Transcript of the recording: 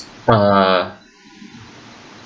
uh